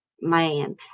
Man